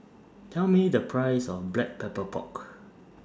Tell Me The Price of Black Pepper Pork